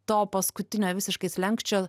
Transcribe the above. to paskutinio visiškai slenksčio